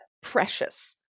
precious